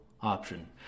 option